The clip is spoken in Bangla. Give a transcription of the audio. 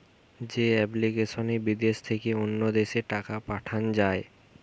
যে এপ্লিকেশনে বিদেশ থেকে অন্য দেশে টাকা পাঠান যায়